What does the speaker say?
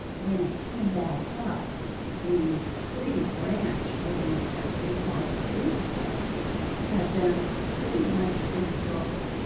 when it came back up the free branch of ancestry called roots web had been pretty much destroyed.